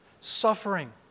Suffering